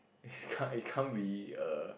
it can't it can't be err